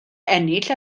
ennill